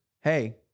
Hey